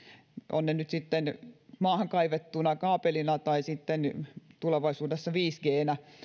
nyt sitten maahan kaivettuna kaapelina tai sitten tulevaisuudessa viisi g